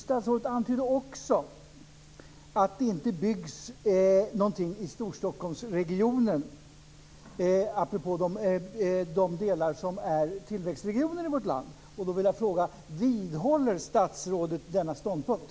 Statsrådet antydde också att det inte byggs någonting i Storstockholmsregionen apropå diskussionen om tillväxtregionerna i vårt land. Då vill jag fråga om statsrådet vidhåller denna ståndpunkt.